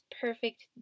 perfect